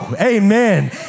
amen